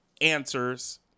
answers